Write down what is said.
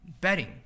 betting